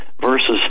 versus